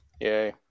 Yay